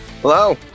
Hello